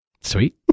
sweet